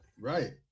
Right